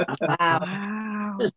Wow